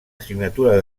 assignatura